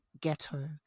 ghetto